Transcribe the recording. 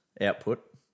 output